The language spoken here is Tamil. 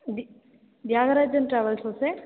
தி தியாகராஜன் டிராவல்ஸ்ஸா சார்